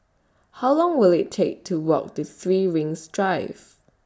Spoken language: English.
How Long Will IT Take to Walk to three Rings Drive